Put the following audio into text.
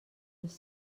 les